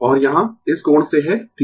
और यहाँ इस कोण से है θ